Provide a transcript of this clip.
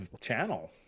channel